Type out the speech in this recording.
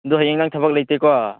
ꯑꯗꯨ ꯍꯌꯦꯡ ꯅꯪ ꯊꯕꯛ ꯂꯩꯇꯦꯀꯣ